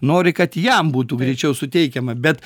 nori kad jam būtų greičiau suteikiama bet